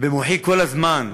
במוחי כל הזמן,